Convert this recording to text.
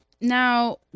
now